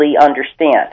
understand